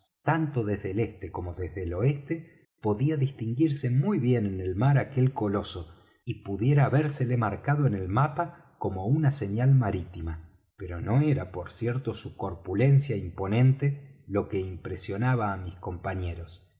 tanto desde el este como desde el oeste podía distinguirse muy bien en el mar aquel coloso y pudiera habérsele marcado en el mapa como una señal marítima pero no era por cierto su corpulencia imponente lo que impresionaba á mis compañeros